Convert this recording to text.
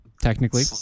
Technically